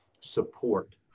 support